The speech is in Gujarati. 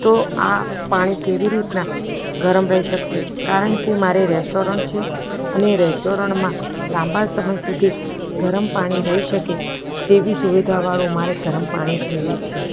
તો આ પાણી કેવી રીતના ગરમ રહી શકશે કારણ કે મારે રેસ્ટોરન છે અને રેસ્ટોરનમાં લાંબા સમય સુધી ગરમ પાણી રહી શકે તેવી સુવિધા વાળો મારે ગરમ પાણી જોઈએ છે